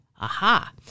Aha